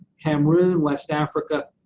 cameroon, west africa,